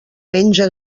menja